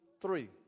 three